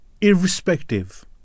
irrespective